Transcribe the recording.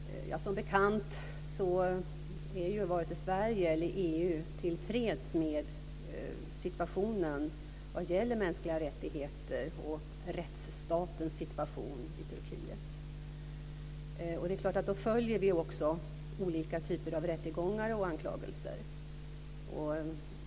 Fru talman! Som bekant är varken Sverige eller EU tillfreds med situationen vad gäller mänskliga rättigheter och rättsstatens situation i Turkiet. Det är klart att vi därför följer olika typer av rättegångar och anklagelser.